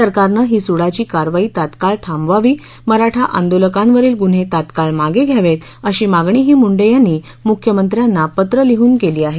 सरकारनं ही सुडाची कारवाई तात्काळ थांबवावी मराठा आंदोलकांवरील गुन्हे तात्काळ मागे घ्यावेत अशी मागणीही मुंडे यांनी म्ख्यमंत्र्यांना पत्र लिहून केली आहे